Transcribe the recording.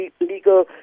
legal